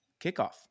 kickoff